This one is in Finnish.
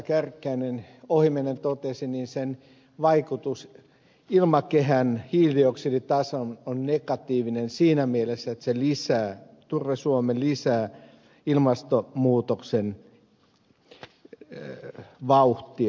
kärkkäinen ohimennen totesi sen vaikutus ilmakehän hiilidioksiditasoon on negatiivinen siinä mielessä että turvesuomme lisäävät ilmastonmuutoksen vauhtia